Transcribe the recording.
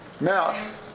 Now